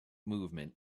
movement